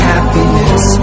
Happiness